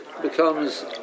Becomes